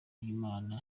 imana